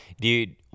dude